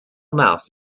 mouse